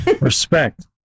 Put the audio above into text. Respect